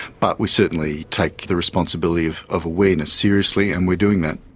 but we certainly take the responsibility of of awareness seriously and we're doing that.